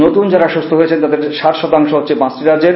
নতুন যারা সুস্থ হয়েছেন তাদের ষাট শতাংশ হচ্ছেন পাঁচটি রাজ্যের